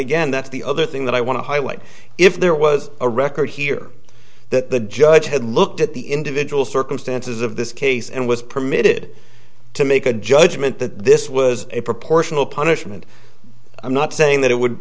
again that's the other thing that i want to highlight if there was a record here that the judge had looked at the individual circumstances of this case and was permitted to make a judgment that this was a proportional punishment i'm not saying that it would